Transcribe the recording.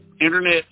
internet